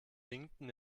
winkten